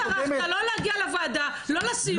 עם כל הכבוד, לא טרחת לא להגיע לוועדה, לא לסיור.